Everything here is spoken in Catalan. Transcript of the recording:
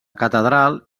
catedral